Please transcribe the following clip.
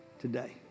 today